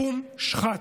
קום שחט!